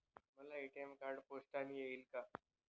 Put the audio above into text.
मला ATM card पोस्टाने येईल का?